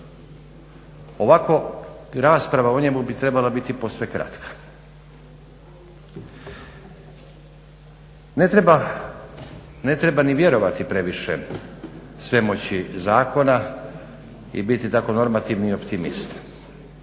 Ovako rasprava o njemu bi trebala biti posve kratka. Ne treba ni vjerovati previše svemoći zakona i biti tako normativni optimist.